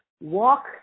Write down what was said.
walk